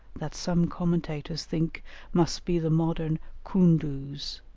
that some commentators think must be the modern koundouz.